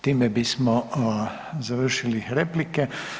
Time bismo završili replike.